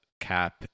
Cap